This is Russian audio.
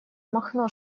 махно